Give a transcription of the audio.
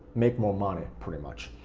make more money pretty much.